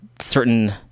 certain